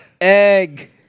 Egg